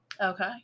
Okay